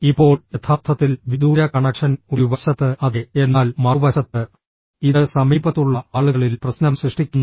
ഇപ്പോൾ യഥാർത്ഥത്തിൽ വിദൂര കണക്ഷൻ ഒരു വശത്ത് അതെ എന്നാൽ മറുവശത്ത് ഇത് സമീപത്തുള്ള ആളുകളിൽ പ്രശ്നം സൃഷ്ടിക്കുന്നു